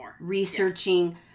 researching